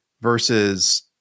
versus –